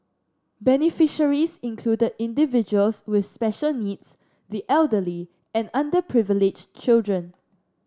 beneficiaries included individuals with special needs the elderly and underprivileged children